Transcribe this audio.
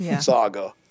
saga